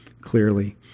clearly